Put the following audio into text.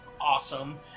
awesome